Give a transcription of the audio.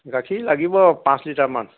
গাখীৰ লাগিব পাঁচ লিটাৰমান